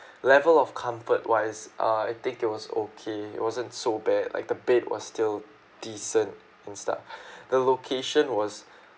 level of comfort wise uh I think it was okay it wasn't so bad like the bed was still decent and stuff the location was